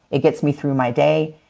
it gets me through my day,